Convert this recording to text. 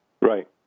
Right